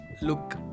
look